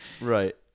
Right